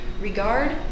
regard